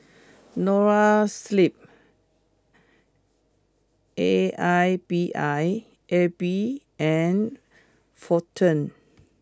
Noa Sleep A I B I A B and Fortune